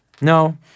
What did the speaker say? No